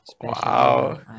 Wow